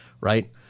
right